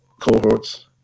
cohorts